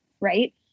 Right